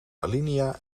alinea